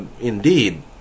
indeed